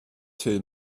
till